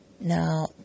now